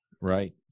right